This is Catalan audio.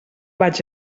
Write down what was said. vaig